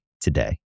today